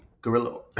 guerrilla